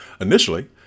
Initially